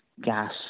gas